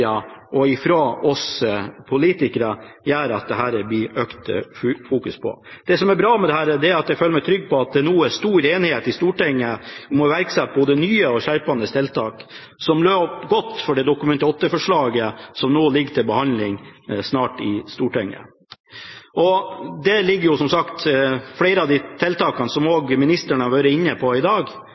og oss politikere, gjort at det blir et økt fokus på dette. Det som er bra med dette, er at jeg føler meg trygg på at det nå er stor enighet i Stortinget om å iverksette både nye og skjerpende tiltak, noe som lover godt for Dokument 8-forslaget som snart skal behandles i Stortinget. Der ligger som sagt flere av de tiltakene som også ministeren har vært inne på i dag,